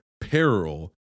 peril